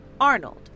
Arnold